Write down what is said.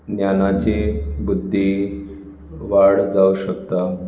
ज्ञानाची बुद्धी वाड जावं शकता